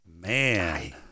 man